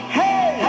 hey